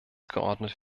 geordnet